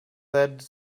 that